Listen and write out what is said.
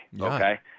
okay